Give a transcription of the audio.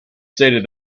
stated